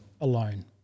alone